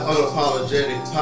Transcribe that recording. Unapologetic